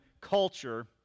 culture